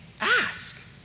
Ask